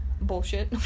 bullshit